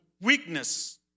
weakness